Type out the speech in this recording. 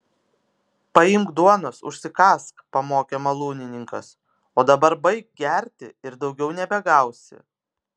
paimk duonos užsikąsk pamokė malūnininkas o dabar baik gerti ir daugiau nebegausi